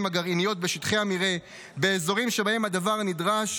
הגרעיניות בשטחי המרעה באזורים שבהם הדבר נדרש